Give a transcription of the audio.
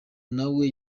nawe